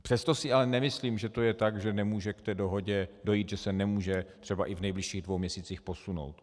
Přesto si ale nemyslím, že to je tak, že nemůže k té dohodě dojít, že se nemůže třeba i v nejbližších dvou měsících posunout.